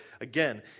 again